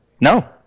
No